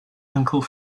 uncle